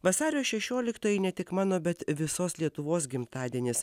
vasario šešioliktoji ne tik mano bet visos lietuvos gimtadienis